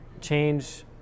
change